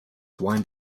wind